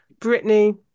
Britney